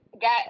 got